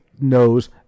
Knows